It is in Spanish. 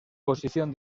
posición